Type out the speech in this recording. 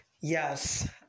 yes